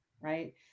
right